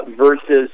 versus